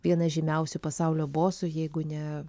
vieną žymiausių pasaulio bosų jeigu ne